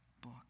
book